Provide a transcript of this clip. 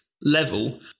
level